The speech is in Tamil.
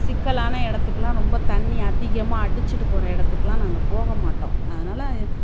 சிக்கலான இடத்துக்குலாம் ரொம்ப தண்ணி அதிகமாக அடிச்சுட்டு போகிற இடத்துக்குலாம் நாங்கள் போக மாட்டோம் அதனால்